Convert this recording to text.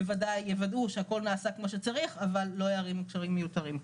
בוודאי יוודאו שהכל נעשה כמו שצריך אבל לא יערימו קשיים מיותרים.